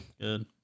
Good